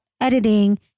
editing